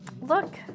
Look